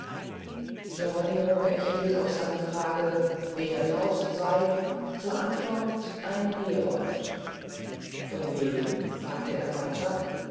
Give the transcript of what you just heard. geronimo erhielt auf seine frage wer draußen sey zur antwort ein herold von wem fragte er weiter